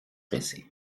presser